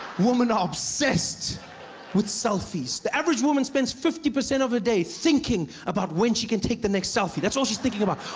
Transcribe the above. woman are obsessed with selfies. the average woman spends fifty percent of her ah day thinking about when she can take the next selfie. that's all she's thinking about.